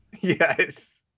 Yes